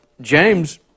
James